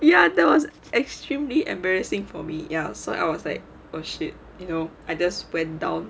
ya that was extremely embarrassing for me ya so I was like oh shit you know I just went down